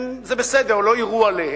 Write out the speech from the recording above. זה בסדר, לא יירו עליהם.